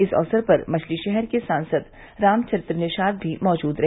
इस अवसर पर मछली शहर के सांसद रामचरित्र निषाद भी मौजूद रहे